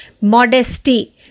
modesty